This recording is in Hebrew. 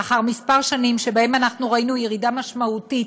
לאחר כמה שנים שבהן אנחנו ראינו ירידה משמעותית